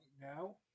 now